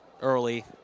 early